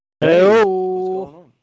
Hello